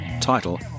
title